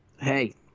Hey